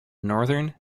northern